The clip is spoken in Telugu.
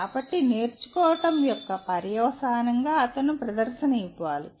కాబట్టి నేర్చుకోవడం యొక్క పర్యవసానంగా అతను ప్రదర్శన ఇవ్వాలి